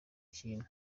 ikintu